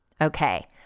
Okay